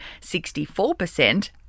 64%